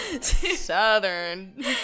Southern